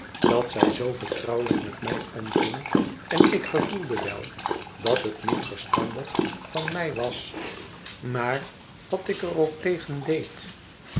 dat zij zoo vertrouwelijk met mij omging en ik gevoelde wel dat het niet verstandig van mij was maar wat ik er ook tegen deed